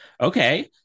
Okay